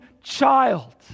child